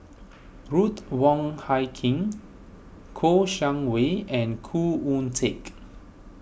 Ruth Wong Hie King Kouo Shang Wei and Khoo Oon Teik